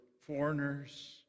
Foreigners